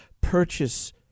purchase